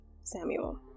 Samuel